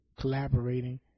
collaborating